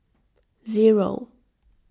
zero